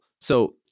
So-